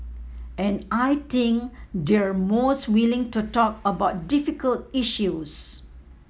and I think they're most willing to talk about difficult issues